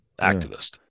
activist